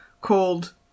called